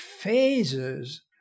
phases